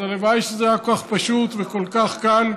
אז הלוואי שזה היה כל כך פשוט וכל כך קל.